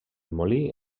molí